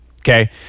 Okay